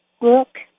look